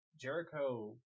Jericho